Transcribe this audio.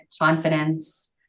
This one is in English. confidence